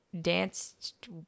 danced